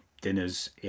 dinners